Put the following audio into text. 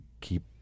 keep